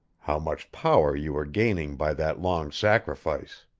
how much power you were gaining by that long sacrifice.